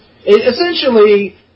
Essentially